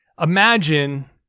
imagine